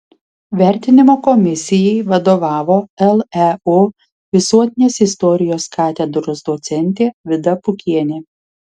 vertinimo komisijai vadovavo leu visuotinės istorijos katedros docentė vida pukienė